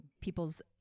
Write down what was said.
People's